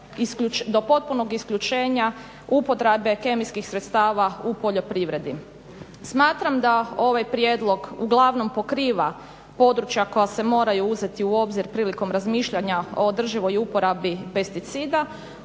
do potpunog isključenja upotrebe kemijskih sredstava u poljoprivredi. Smatram da ovaj prijedlog uglavnom pokriva područja koja se moraju uzeti u obzir prilikom razmišljanja o održivoj uporabi pesticida,